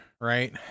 right